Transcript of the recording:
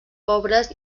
pobres